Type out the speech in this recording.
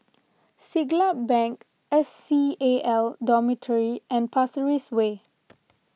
Siglap Bank S C A L Dormitory and Pasir Ris Way